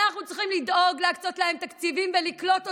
אנחנו צריכים לדאוג להקצות להם תקציבים ולקלוט אותם.